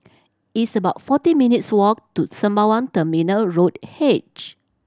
it's about forty minutes' walk to Sembawang Terminal Road H